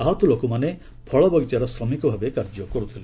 ଆହତ ଲୋକମାନେ ଫଳବଗିଚାରେ ଶ୍ରମିକ ଭାବେ କାର୍ଯ୍ୟ କରୁଥିଲେ